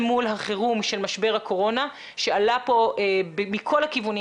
מול החירום של משבר הקורונה שעלה פה מכל הכיוונים,